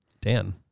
Dan